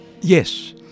Yes